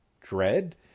Dread